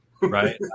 right